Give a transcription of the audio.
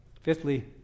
Fifthly